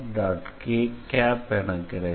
k| என கிடைக்கும்